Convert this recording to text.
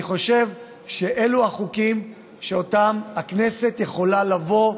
אני חושב שאלו החוקים שאותם הכנסת יכולה לבוא,